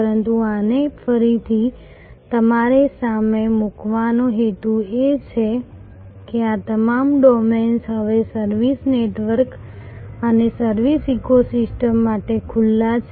પરંતુ આને ફરીથી તમારી સામે મૂકવાનો હેતુ એ છે કે આ તમામ ડોમેન્સ હવે સર્વિસ નેટવર્ક અને સર્વિસ ઇકોસિસ્ટમ માટે ખુલ્લા છે